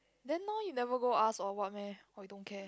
then now you never go ask or what meh or you don't care